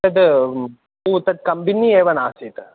तत् ओ तत् कम्पेनि एव नासीत्